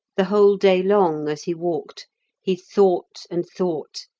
the whole day long as he walked he thought and thought,